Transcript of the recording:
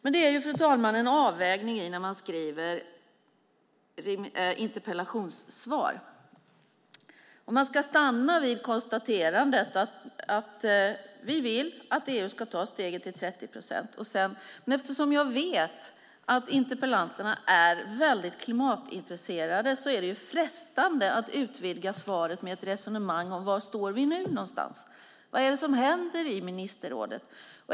Men det är, fru talman, en avvägning när man skriver interpellationssvar om man ska stanna vid konstaterandet att vi vill att EU ska ta steget till 30 procent. Eftersom jag vet att interpellanterna är väldigt klimatintresserade är det frestande att utvidga svaret med ett resonemang om var vi står någonstans nu. Vad är det som händer i ministerrådet?